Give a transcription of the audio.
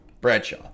Bradshaw